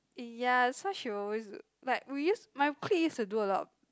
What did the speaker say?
ya that's why she always like we used my clique is to do a lot